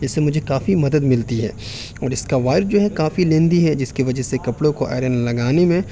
جس سے مجھے کافی مدد ملتی ہے اور اس کا وائر جو ہے کافی لیندی ہے جس کی وجہ سے کپڑوں کو آئرن لگانے میں